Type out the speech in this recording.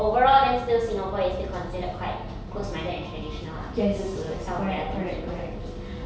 overall then still singapore is still considered quite close minded and traditional lah due to some of their thinking those are their thinking